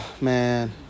Man